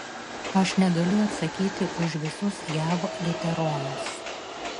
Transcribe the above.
aš negaliu atsakyti už visus jav liuteronus